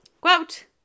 Quote